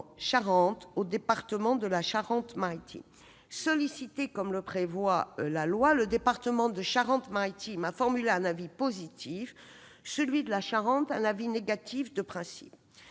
Charente, au département de la Charente-Maritime. Sollicité comme le prévoit la loi, le département de la Charente-Maritime a formulé un avis positif ; celui de la Charente un avis négatif « de principe